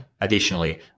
Additionally